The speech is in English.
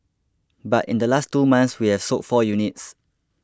but in the last two months we have sold four units